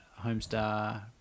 Homestar